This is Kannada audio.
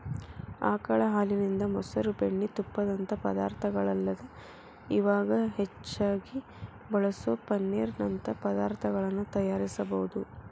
ಆಕಳ ಹಾಲಿನಿಂದ, ಮೊಸರು, ಬೆಣ್ಣಿ, ತುಪ್ಪದಂತ ಪದಾರ್ಥಗಳಲ್ಲದ ಇವಾಗ್ ಹೆಚ್ಚಾಗಿ ಬಳಸೋ ಪನ್ನೇರ್ ನಂತ ಪದಾರ್ತಗಳನ್ನ ತಯಾರಿಸಬೋದು